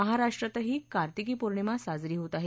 महाराष्ट्रतही कर्तिकी पौर्णिमा साजरी होत आहे